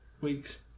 weeks